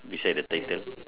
beside the title